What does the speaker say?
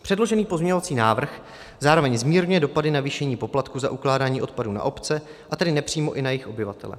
Předložený pozměňovací návrh zároveň zmírňuje dopady navýšení poplatku za ukládání odpadů na obce, a tedy nepřímo i na jejich obyvatele.